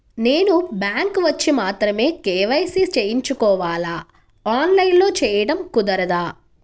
నేను బ్యాంక్ వచ్చి మాత్రమే కే.వై.సి చేయించుకోవాలా? ఆన్లైన్లో చేయటం కుదరదా?